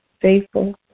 faithful